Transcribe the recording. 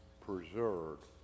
preserved